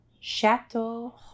Chateau